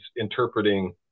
interpreting